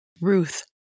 Ruth